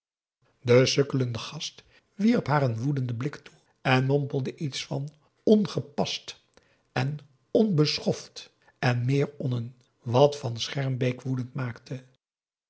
de sukkelende gast wierp haar een woedenden blik toe en mompelde iets van ongepast en onbeschoft en meer onnen wat van schermbeek woedend maakte